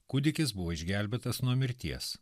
kūdikis buvo išgelbėtas nuo mirties